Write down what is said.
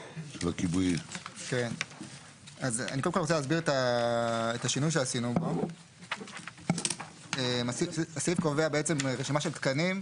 אני רוצה להסביר את השינוי שעשינו בסעיף 72. הסעיף קובע רשימה של תקנים,